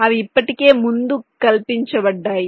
అవి ఇప్పటికే ముందే కల్పించబడ్డాయి